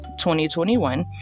2021